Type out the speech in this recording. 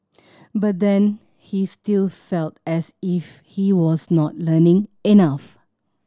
but then he still felt as if he was not learning enough